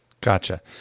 Gotcha